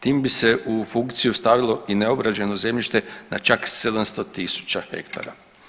Tim bi se u funkciju stavilo i neobrađeno zemljište na čak 70.000 hektara.